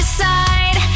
side